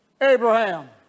Abraham